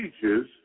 teaches